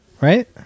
Right